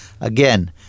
Again